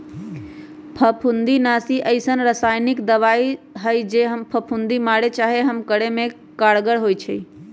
फफुन्दीनाशी अइसन्न रसायानिक दबाइ हइ जे फफुन्दी मारे चाहे कम करे में कारगर होइ छइ